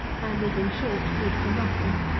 and is, in short, good for nothing.